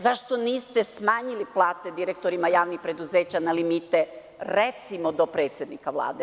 Zašto niste smanjili plate direktorima javnih preduzeća na limite, recimo do predsednika Vlade?